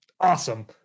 Awesome